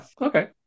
okay